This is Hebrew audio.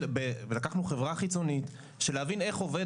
לקחנו חברה חיצונית בשביל להבין איך עובד